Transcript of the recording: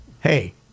hey